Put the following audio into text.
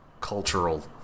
cultural